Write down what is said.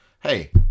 hey